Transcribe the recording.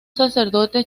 sacerdote